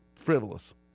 frivolous